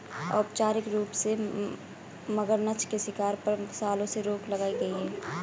औपचारिक रूप से, मगरनछ के शिकार पर, सालों से रोक लगाई गई है